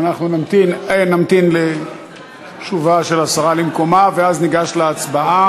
אנחנו נמתין לשובה של השרה למקומה ואז ניגש להצבעה.